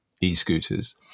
e-scooters